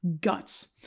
guts